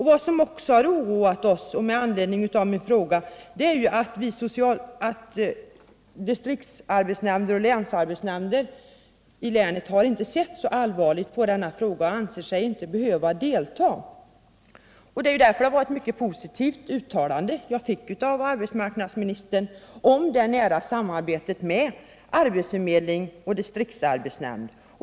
Vad som också har oroat oss i detta sammanhang är att distriktsarbetsnämnder och länsarbetsnämnder däremot inte sett så allvarligt på denna fråga och inte anser sig behöva deltaga i verksamheten på detta område. Därför är det ett mycket positivt uttalande som jag fick av arbetsmarknadsministern om det nära samarbetet med arbetsförmedling och distriktsarbetsnämnd.